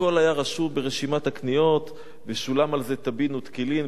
הכול היה רשום ברשימת הקניות ושולם על זה טבין ותקילין,